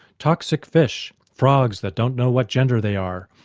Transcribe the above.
toxic fish, frogs that don't know what gender they are,